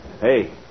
Hey